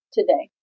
Today